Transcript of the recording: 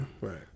Right